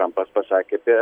trampas pasakė apie